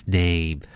name